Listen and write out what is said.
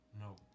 No